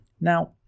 Now